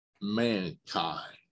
mankind